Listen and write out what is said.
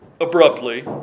abruptly